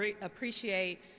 appreciate